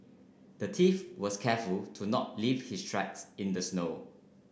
the thief was careful to not leave his tracks in the snow